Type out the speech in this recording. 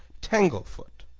tanglefoot.